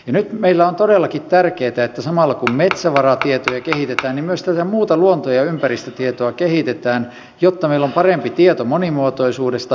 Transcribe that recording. nyt meillä on todellakin tärkeätä että samalla kun metsävaratietoa kehitetään myös tätä muuta luontoa ja ympäristötietoa kehitetään jotta meillä on parempi tieto monimuotoisuudesta